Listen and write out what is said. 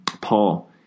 Paul